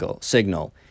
signal